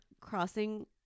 crossing